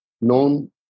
known